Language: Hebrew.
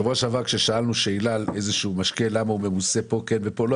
שבוע שעבר שאלנו על איזשהו משקה למה פה הוא ממוסה ושם לא,